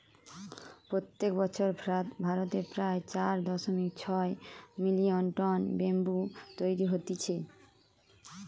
প্রত্যেক বছর ভারতে প্রায় চার দশমিক ছয় মিলিয়ন টন ব্যাম্বু তৈরী হতিছে